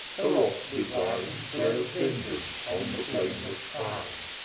the wrath divine glares vengeance on the flameless shrine.